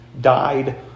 died